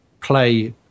play